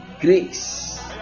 grace